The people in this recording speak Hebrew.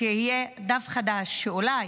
שיהיה דף חדש, שאולי